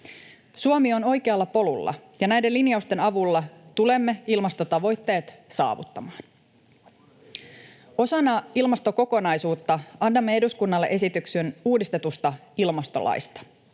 Suomi on oikealla polulla, ja näiden linjausten avulla tulemme ilmastotavoitteet saavuttamaan. Osana ilmastokokonaisuutta annamme eduskunnalle esityksen uudistetusta ilmastolaista.